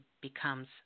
becomes